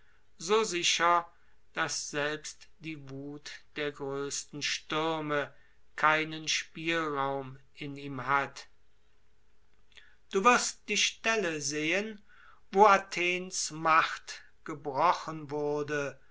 so sicher daß selbst die wuth der größten stürme keinen spielraum in ihm hat du wirst die stelle sehen wo athens macht gebrochen wurde